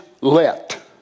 Let